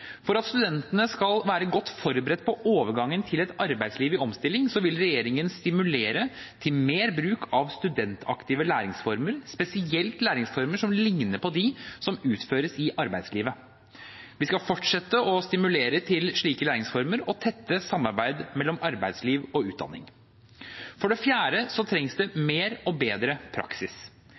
For at studentene skal være godt forberedt på overgangen til et arbeidsliv i omstilling, vil regjeringen stimulere til mer bruk av studentaktive læringsformer, spesielt læringsformer som ligner på dem som utføres i arbeidslivet. Vi skal fortsette å stimulere til slike læringsformer og tettere samarbeid mellom arbeidsliv og utdanning. For det fjerde trengs det mer og bedre praksis.